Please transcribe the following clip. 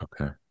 Okay